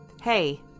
hey